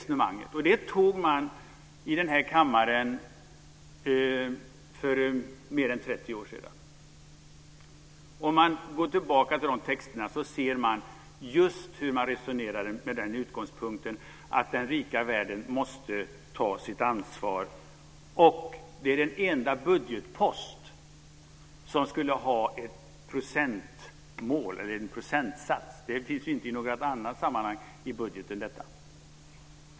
Man antog enprocentsmålet här i kammaren för mer än 30 år sedan. Går man tillbaka till de texterna framgår det att utgångspunkten för resonemanget var att den rika världen måste ta sitt ansvar. Det var den enda budgetpost som hade en procentsats. Det finns ju inte för någon annan post i budgeten.